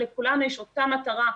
לכולם יש אותה מטרה,